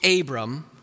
Abram